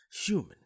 human